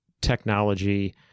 technology